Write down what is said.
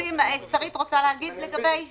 שרית רוצה להגיד לגבי האישור?